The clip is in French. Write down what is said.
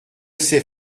sait